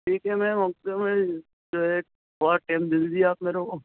ٹھیک ہے میم اب تو میں جو ہے تھوڑا ٹیم دے دیجیے آپ میرے کو